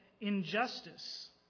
injustice